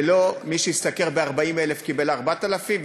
ולא מי שהשתכר 40,000 קיבל 4,000,